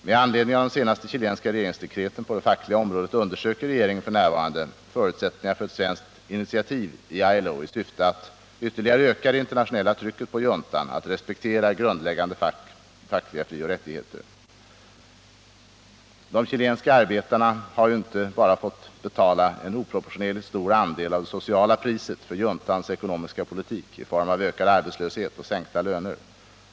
Med anledning av de senaste chilenska regeringsdekreten på det fackliga området undersöker regeringen f. n. förutsättningarna för ett svenskt initiativ i ILO i syfte att ytterligare öka det internationella trycket på juntan, så att den respekterar grundläggande fackliga frioch rättigheter. De chilenska arbetarna har inte bara fått betala en oproportionerligt stor Nr 50 andel av det sociala priset för juntans ekonomiska politik i form av en ökning av arbetslösheten och en sänkning av lönerna.